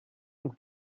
und